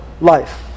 life